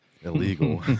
illegal